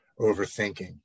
overthinking